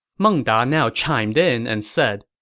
meng da now chimed in and said,